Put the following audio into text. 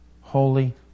holy